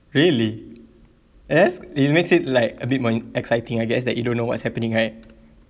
really as it makes it like a bit more exciting I guess that you don't know what's happening right